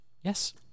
Yes